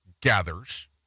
gathers